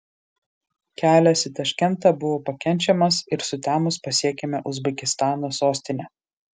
kelias į taškentą buvo pakenčiamas ir sutemus pasiekėme uzbekistano sostinę